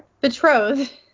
betrothed